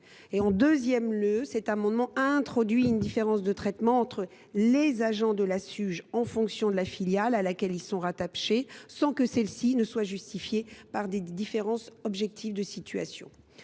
En deuxième lieu, ces amendements tendraient à créer une différence de traitement entre agents de la Suge en fonction de la filiale à laquelle ils sont rattachés, sans que cette différence soit justifiée par des différences objectives de situation.